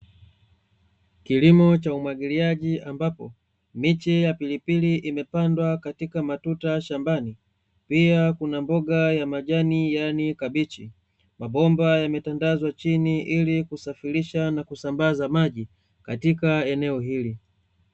Kilimo cha umwagiliaji, ambapo miche ya pilipili imepandwa katika matuta shambani, pia kuna mboga ya majani, yaani kabichi. Mabomba yametandazwa chini ili kusafirisha na kusambaza maji katika eneo hilo.